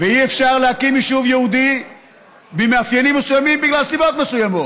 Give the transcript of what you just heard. ואי-אפשר להקים יישוב יהודי עם מאפיינים מסוימים בגלל סיבות מסוימות?